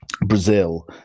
Brazil